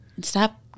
stop